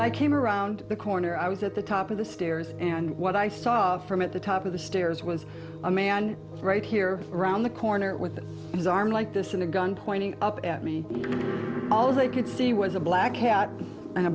betty i came around the corner i was at the top of the stairs and what i saw from at the top of the stairs was a man right here around the corner with his arm like this in a gun pointing up at me all they could see was a black hat and a